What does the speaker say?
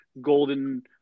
golden